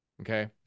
Okay